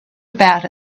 about